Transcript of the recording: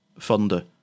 thunder